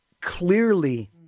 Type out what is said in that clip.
clearly